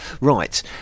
Right